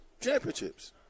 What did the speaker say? Championships